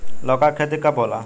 लौका के खेती कब होला?